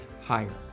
higher